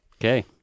Okay